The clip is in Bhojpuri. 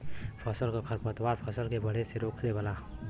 फसल क खरपतवार फसल के बढ़े से रोक देवेला